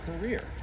career